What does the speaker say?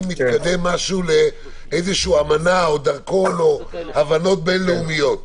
מתקדם משהו לאמנה או הבנות בין לאומיות?